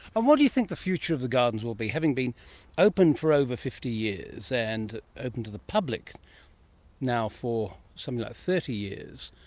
and what do you think the future of the gardens will be, having been open for over fifty years and open to the public now for something like thirty years?